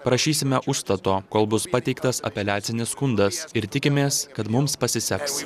prašysime užstato kol bus pateiktas apeliacinis skundas ir tikimės kad mums pasiseks